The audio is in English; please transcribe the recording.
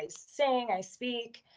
i sing, i speak,